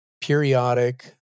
periodic